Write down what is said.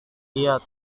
giat